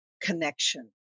connection